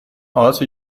also